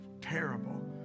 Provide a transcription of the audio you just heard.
terrible